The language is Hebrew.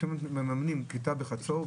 אם אתם מממנים כיתה בחצור,